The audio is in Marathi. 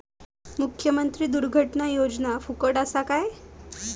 मुख्यमंत्री दुर्घटना योजना फुकट असा काय?